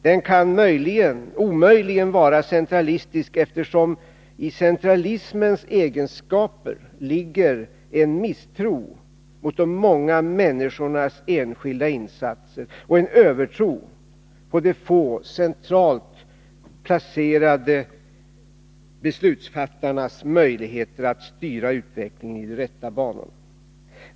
Den kan omöjligt vara centralistisk, eftersom i centralismens egenskaper ligger en misstro mot de många människornas enskilda insatser och en övertro på de få, centralt placerade beslutsfattarnas möjligheter att styra utvecklingen i rätta banor.